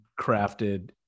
crafted